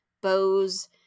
Bose